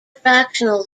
fractional